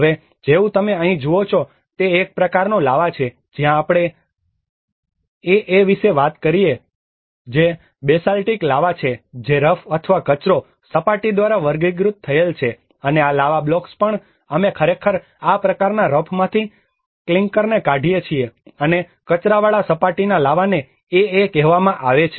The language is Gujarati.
હવે જેવું તમે અહીં જુઓ છો તે એક પ્રકારનો લાવા છે જ્યાં આપણે એએ વિશે વાત કરીએ છીએ જે બેસાલ્ટિક લાવા છે જે રફ અથવા કચરો સપાટી દ્વારા વર્ગીકૃત થયેલ છે અને આ લાવા બ્લોક્સ પણ અમે ખરેખર આ પ્રકારના રફમાંથી ક્લિંકરને કાઢીએ છીએ અને કચરાવાળા સપાટીના લાવાને એએ કહેવામાં આવે છે